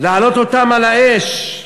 להעלות אותם על האש.